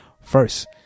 first